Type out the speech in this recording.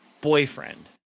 boyfriend